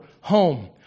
home